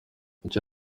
icyo